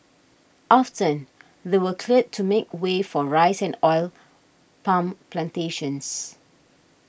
often they were cleared to make way for rice and Oil Palm Plantations